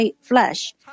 flesh